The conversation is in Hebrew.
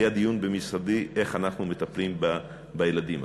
היה דיון במשרדי איך אנחנו מטפלים בילדים האלה.